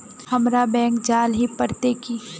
हमरा बैंक जाल ही पड़ते की?